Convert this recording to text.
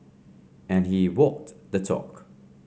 and he walked the talk